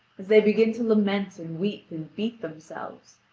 as they begin to lament and weep and beat themselves.